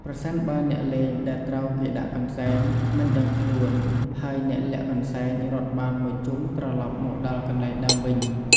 ប្រសិនបើអ្នកលេងដែលត្រូវគេដាក់កន្សែង មិនដឹងខ្លួន ហើយអ្នកលាក់កន្សែងរត់បានមួយជុំត្រឡប់មកដល់កន្លែងដើមវិញ ។